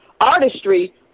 artistry